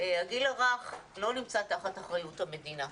הגיל הרך לא נמצא תחת אחריות המדינה,